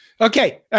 Okay